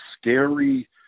scary